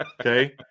Okay